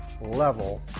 level